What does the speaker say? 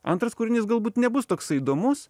antras kūrinys galbūt nebus toksai įdomus